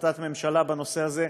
החלטת ממשלה בנושא הזה,